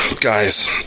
guys